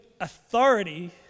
authority